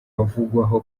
bavugwaho